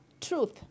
truth